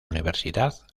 universidad